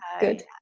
good